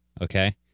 okay